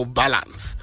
balance